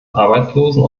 arbeitslosen